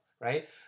right